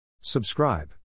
Subscribe